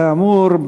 כאמור,